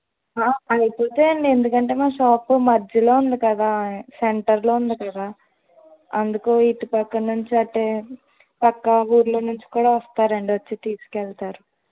అయిపోతాయండి ఎందుకంటే మా షాపు మధ్యలో ఉంది కదా సెంటర్లో ఉంది కదా అందుకు ఇటుపక్క నుంచి అంటే పక్క ఊర్ల నుంచి కూడా వస్తారండి వచ్చి తీసుకెళ్తారు